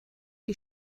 die